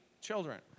children